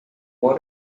one